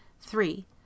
Three